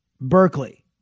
Berkeley